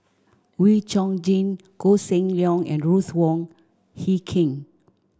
Wee Chong Jin Koh Seng Leong and Ruth Wong Hie King